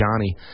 Johnny